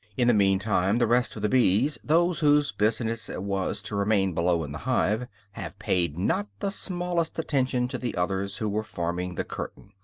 in the meantime, the rest of the bees those whose business it was to remain below in the hive have paid not the smallest attention to the others who were forming the curtain,